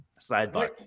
sidebar